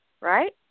right